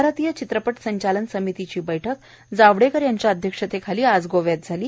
भारतीय चित्रपट संचालन समितीची बैठक जावडेकर यांच्या अध्यक्षतेखाली आज गोवा इथं झाली